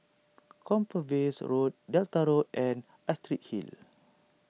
Compassvale Road Delta Road and Astrid Hill